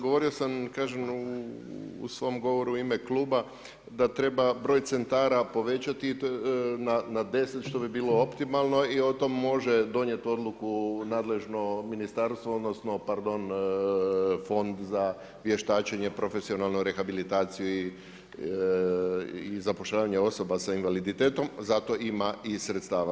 Govorio sam kažem u svom govoru u ime kluba da treba broj centara povećati na 10 što bi bilo optimalno i o tom može donijet odluku nadležno ministarstvo, odnosno pardon Fond za vještačenje, profesionalnu rehabilitaciju i zapošljavanje osoba sa invaliditetom zato ima i sredstava.